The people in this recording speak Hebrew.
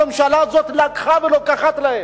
הממשלה הזאת לקחה ולוקחת להם.